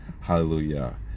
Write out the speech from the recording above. hallelujah